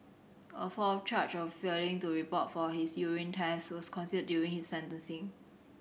a fourth charge of failing to report for his urine test was considered during his sentencing